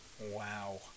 Wow